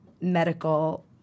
medical